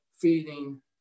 feeding